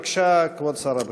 בבקשה, כבוד שר הבריאות.